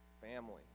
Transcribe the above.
family